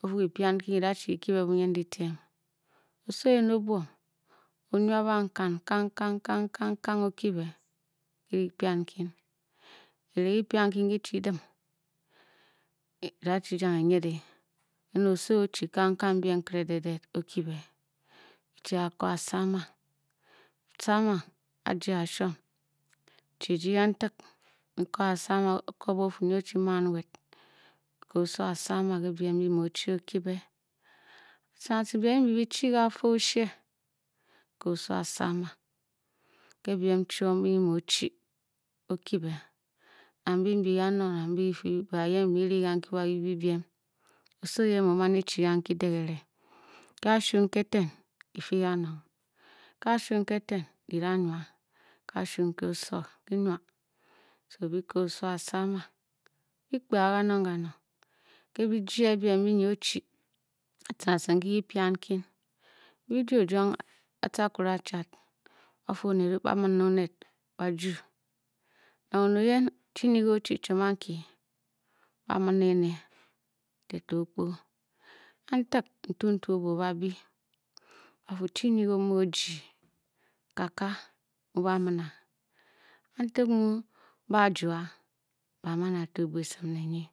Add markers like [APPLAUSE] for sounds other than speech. Kyipian nkin kida-chiki kye bě bunyindyitiem oso oyen n-buom. o-nywa bankan kangkang kangkang kangkang kangkang kangkang o-kye bě ke dyipian nkin orenghe kyipian ki chi dini bi [HESITATION] da chijang e-nyidě kena, oso, o-chi kangkang biem kerededded o-kye be bi chi a ko asama sama a-jie a-shuom nchie eji kantik nko asama, o-ko be o-fu nyi man owed nko oso asama ke biem mbi muu o-chi o-kye bě atciring atciring biem mbi byi bichi ke ka fa oshie, ko oso asama, ke biem chio, mbi nyi mu o chi, o-kyebe a mbyi byi kanong nang bi, be ba yen muu bi ri kanki wa bi byi biem oso oyen mu o-man e-chi kanki degere ka shuu nke oso ki-fii kanong ka shuu nke oso ki-nwa. So bi ko oso asama bikpe a kanong kanong ke bujie biem mbi nyi o-chi, atciring atciring ke, kyipian nkin be bi juo o-juong ke atci a-kware achad ba fuu, ba-miri oned ba-juu nang oned oyen chi nyi ge o-chi chiom anke, ba-min a ene, tete o-kpo kantig ntuntu o-buce o-ba byi ba fuu, chi nyi ke o mu o-jyi kaka mu ba-nun a, kantig mu ba a-juu a, ba man a to bua esim ne nyi